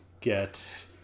get